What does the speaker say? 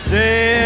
day